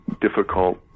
difficult